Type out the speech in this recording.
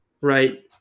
right